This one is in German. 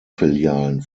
filialen